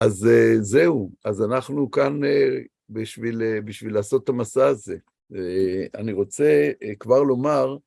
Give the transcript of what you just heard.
אז זהו, אז אנחנו כאן בשביל לעשות את המסע הזה. אני רוצה כבר לומר...